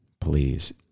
please